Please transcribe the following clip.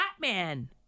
Batman